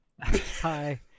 Hi